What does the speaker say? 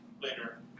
later